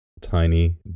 Tiny